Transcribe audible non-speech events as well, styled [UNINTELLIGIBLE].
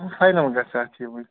final گژھان [UNINTELLIGIBLE]